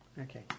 Okay